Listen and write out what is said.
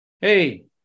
Hey